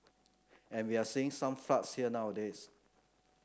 and we are seeing some floods here nowadays